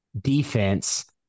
defense